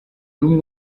n’umwe